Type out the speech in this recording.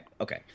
Okay